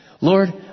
Lord